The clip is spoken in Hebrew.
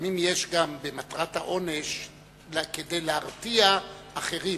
פעמים יש גם במטרת העונש כדי להרתיע אחרים,